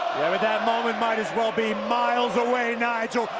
that moment might as well be miles away nigel,